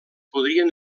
podrien